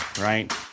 right